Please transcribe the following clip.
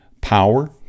power